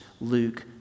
Luke